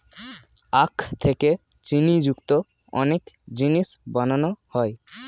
আখ থেকে চিনি যুক্ত অনেক জিনিস বানানো হয়